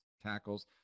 tackles